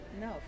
no